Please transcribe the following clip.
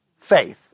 faith